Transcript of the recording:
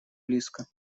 близко